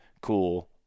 cool